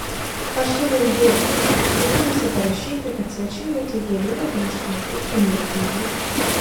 aš siūlau idėją kvietimuose parašyti kad svečiai vietoj gėlių atneštų mokyklinių reikmenų